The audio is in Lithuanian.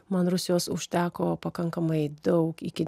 man rusijos užteko pakankamai daug iki